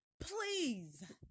Please